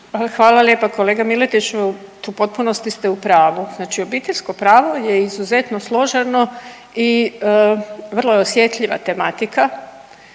hvala lijepa kolega Miletiću. U potpunosti ste u pravu. Znači obiteljsko pravo je izuzetno složeno i vrlo je osjetljiva tematika.